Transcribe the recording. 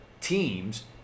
teams